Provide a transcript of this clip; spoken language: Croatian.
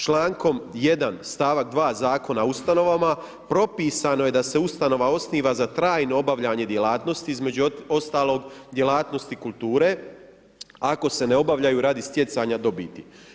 Člankom 1., st. 2. Zakona o ustanovama propisano je da se ustanova osniva za trajno obavljanje djelatnosti, između ostalog djelatnosti kulture, ako se ne obavljaju radi stjecanja dobiti.